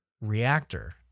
reactor